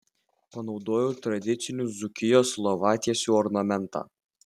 panaudojau tradicinių dzūkijos lovatiesių ornamentą